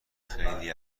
خیلی